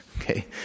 Okay